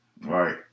Right